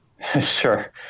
Sure